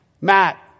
Matt